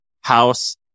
house